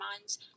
minds